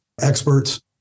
experts